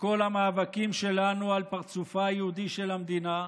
בכל המאבקים שלנו על פרצופה היהודי של המדינה,